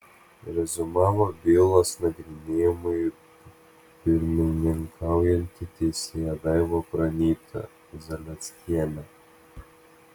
reziumavo bylos nagrinėjimui pirmininkaujanti teisėja daiva pranytė zalieckienė